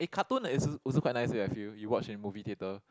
eh cartoon is also quite nice eh I feel you watch in movie theatre